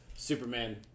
Superman